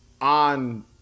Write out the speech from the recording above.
on